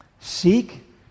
Seek